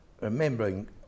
Remembering